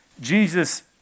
Jesus